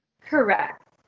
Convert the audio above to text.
correct